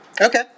Okay